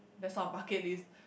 that's not a bucket list